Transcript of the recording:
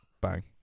bang